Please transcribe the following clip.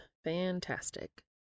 Fantastic